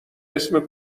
اسم